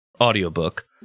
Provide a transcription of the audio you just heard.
audiobook